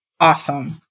awesome